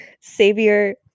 savior